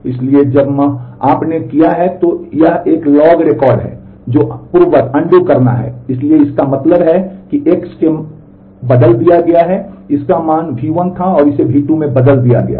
इसलिए जब मा आपने किया है तो यदि यह एक लॉग रिकॉर्ड है तो पूर्ववत करना है इसलिए इसका मतलब है कि X को बदल दिया गया था इसका मान V1 था और इसे V2 में बदल दिया गया था